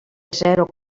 zero